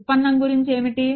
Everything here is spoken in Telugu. ఉత్పన్నం గురించి ఏమిటి